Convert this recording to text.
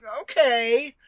okay